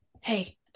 hey